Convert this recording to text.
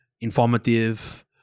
informative